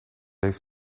heeft